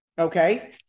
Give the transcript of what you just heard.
Okay